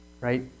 right